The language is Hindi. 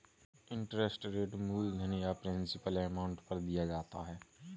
इंटरेस्ट रेट मूलधन या प्रिंसिपल अमाउंट पर दिया जाता है